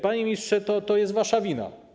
Panie ministrze, to jest wasza wina.